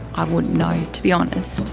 i wouldn't know, to be honest.